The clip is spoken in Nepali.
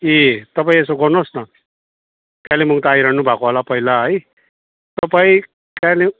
ए तपाईँ यसो गर्नुहोस् न कालिम्पोङ त आइरहनु भएको होला पहिला है तपाईँ कालिम्